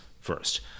first